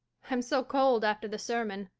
i'm so cold after the sermon.